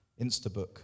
Instabook